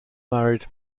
married